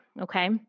okay